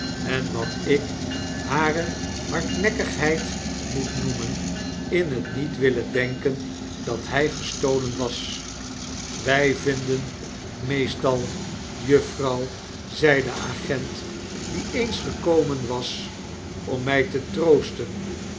en watik hare hardnekkigheid moet noemen in het niet willen denken dat hij gestolen was wij vinden meestal juffrouw zei de agent die eens gekomen was om my te troosten